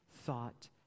thought